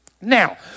Now